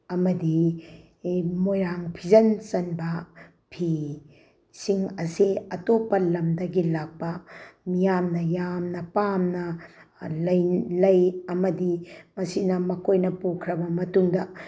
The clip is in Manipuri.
ꯑꯃꯗꯤ ꯃꯣꯏꯔꯥꯡ ꯐꯤꯖꯟ ꯆꯟꯕ ꯐꯤꯁꯤꯡ ꯑꯁꯦ ꯑꯇꯣꯞꯄ ꯂꯝꯗꯒꯤ ꯂꯥꯛꯄ ꯃꯤꯌꯥꯝꯅ ꯌꯥꯝꯅ ꯄꯥꯝꯅ ꯂꯩ ꯑꯃꯗꯤ ꯃꯁꯤꯅ ꯃꯈꯣꯏꯅ ꯄꯨꯈ꯭ꯔꯕ ꯃꯇꯨꯡꯗ